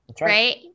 right